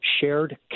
shared